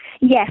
Yes